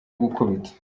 gukubita